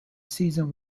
season